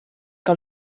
que